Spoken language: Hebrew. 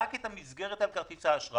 רק את המסגרת על כרטיס האשראי,